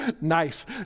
Nice